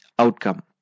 outcome